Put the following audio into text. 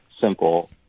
simple